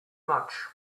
much